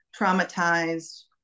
traumatized